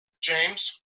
James